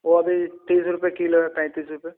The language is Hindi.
वह अभी तीस रुपये किलो है पैंतीस रुपये